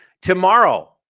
Tomorrow